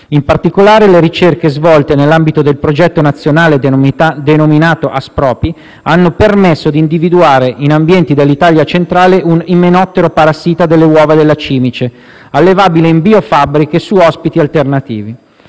In particolare, le ricerche svolte nell'ambito del progetto nazionale denominato Aspropi hanno permesso di individuare in ambienti dell'Italia centrale un imenottero parassita delle uova della cimice, allevabile in biofabbriche su ospiti alternativi.